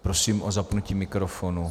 Prosím o zapnutí mikrofonu.